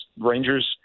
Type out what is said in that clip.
Rangers